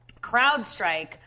CrowdStrike